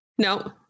No